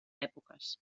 èpoques